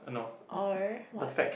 or what